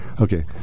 Okay